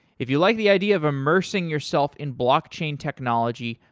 if you like the idea of immersing yourself in blockchain technology,